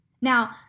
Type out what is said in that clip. Now